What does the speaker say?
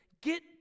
get